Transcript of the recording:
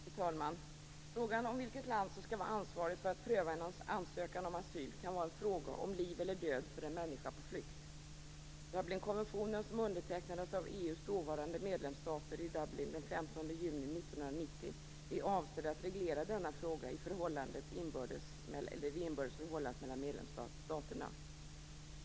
Fru talman! Frågan om vilket land som skall vara ansvarigt för att pröva en ansökan om asyl kan vara en fråga om liv eller död för en människa på flykt. Dublinkonventionen, som undertecknades av EU:s dåvarande medlemsstater i Dublin den 15 juni 1990, är avsedd att reglera denna fråga i det inbördes förhållandet mellan medlemsstaterna.